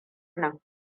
nan